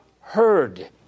heard